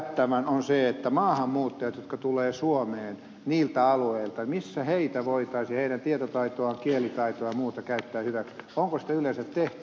se on se että maahanmuuttajat jotka tulevat suomeen niiltä alueilta missä heitä voitaisiin heidän tietotaitoaan kielitaitoaan ja muuta käyttää hyväksi onko sitä yleensä tehty